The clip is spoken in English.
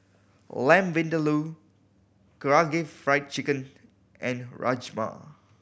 Lamb Vindaloo Karaage Fried Chicken and Rajma